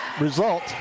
result